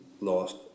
lost